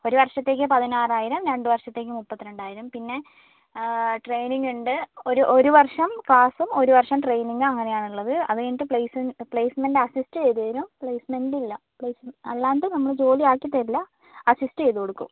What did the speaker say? ഒരു വർഷത്തേക്ക് പതിനാറായിരം രണ്ട് വർഷത്തേക്ക് മുപ്പത്തി രണ്ടായിരം പിന്നെ ട്രെയിനിംഗ് ഉണ്ട് ഒരു ഒരു വർഷം ക്ലാസും ഒരു വർഷം ട്രെയിനിംഗും അങ്ങനെ ആണ് ഉള്ളത് അതു കഴിഞ്ഞിട്ട് പ്ലേസ്മെൻ്റ് അസിസ്റ്റ് ചെയ്തു തരും പ്ലേസ്മെൻ്റില്ല അല്ലാണ്ട് നമ്മൾ ജോലി ആക്കിത്തരില്ല അസിസ്റ്റ് ചെയ്തു കൊടുക്കും